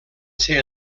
ser